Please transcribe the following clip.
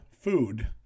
Food